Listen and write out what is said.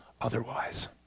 otherwise